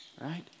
Right